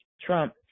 Trump